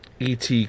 ET